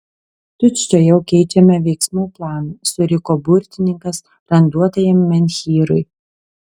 tučtuojau keičiame veiksmų planą suriko burtininkas randuotajam menhyrui